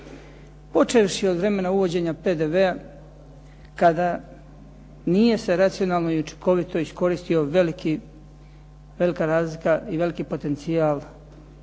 Počevši od vremena uvođenja PDV-a kada nije se racionalno i učinkovito iskoristila velika razlika i veliki potencijal